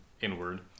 inward